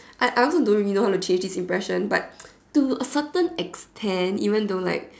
I I also don't really know how to change this impression but to a certain extent even though like